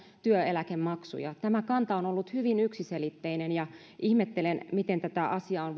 työeläkemaksuja tämä kanta on on ollut hyvin yksiselitteinen ja ihmettelen miten tätä asiaa